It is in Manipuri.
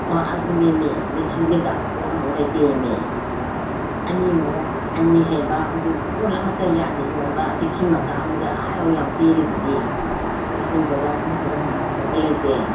ꯑꯣ ꯑꯗꯨꯅꯤꯃꯤ ꯂꯤꯁꯤꯡꯗꯩ ꯇꯥꯕ ꯄꯣꯠ ꯑꯃꯐꯥꯎ ꯂꯩꯇꯦꯃꯤ ꯑꯅꯤ ꯃꯌꯥ ꯑꯅꯤ ꯍꯦꯟꯕ ꯍꯧꯖꯤꯛ ꯀꯣꯟ ꯑꯃꯠꯇ ꯌꯥꯗꯦ ꯌꯣꯟꯕ ꯇꯦꯛꯁꯤ ꯃꯆꯥ ꯑꯝꯐꯥꯎꯇꯥ ꯑꯥ ꯌꯧ ꯌꯥꯝ ꯄꯤꯔꯤꯗꯨꯗꯤ ꯏꯁꯇꯤꯟ ꯈꯨꯖꯥꯏ ꯑꯃꯗꯐꯥꯎ ꯃꯃꯜ ꯑꯔꯦꯞꯄ ꯂꯩꯇꯦ